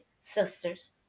sisters